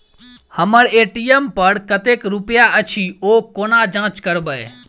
हम्मर ए.टी.एम पर कतेक रुपया अछि, ओ कोना जाँच करबै?